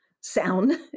sound